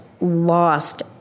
lost